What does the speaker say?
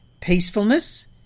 Peacefulness